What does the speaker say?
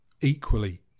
equally